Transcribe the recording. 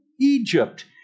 Egypt